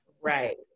right